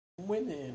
Women